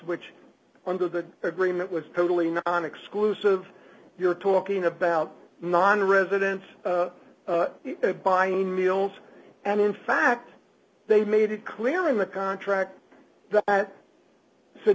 which under the agreement was totally non exclusive you're talking about nonresidents buying meals and in fact they made it clear in the contract that s